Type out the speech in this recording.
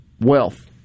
wealth